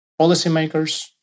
policymakers